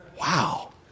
Wow